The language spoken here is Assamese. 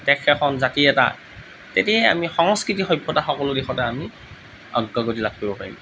দেশ এখন জাতি এটা তেতিয়াহে আমি সংস্কৃতি সভ্যতা সকলো দিশতে আমি অগ্ৰগতি লাভ কৰিব পাৰিম